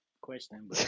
question